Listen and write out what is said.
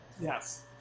Yes